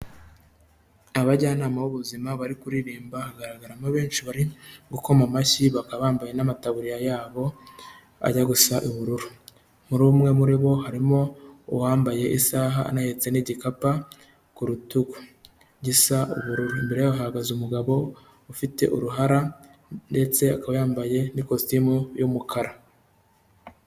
Abajyanama b'ubuzima bari kuririmba, hagaragaramo benshi bari gukoma amashyi, bakaba bambaye n'amataburiya yabo ajya gusa ubururu. Muri umwe muri bo harimo uwambaye isaha anahetse n'igikapu ku rutugu gisa ubururu. Imbere yaho hahagaze umugabo ufite uruhara ndetse akaba yambaye n'ikositimu y'umukara.